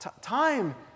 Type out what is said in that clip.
time